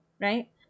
right